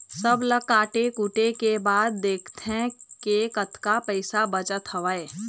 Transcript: सब ल काटे कुटे के बाद देखथे के कतका पइसा बचत हवय